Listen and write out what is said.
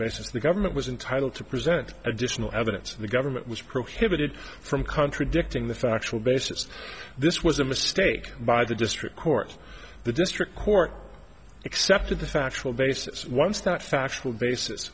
basis the government was entitle to present additional evidence and the government was prohibited from contradicting the factual basis this was a mistake by the district court the district court accepted the factual basis once that factual basis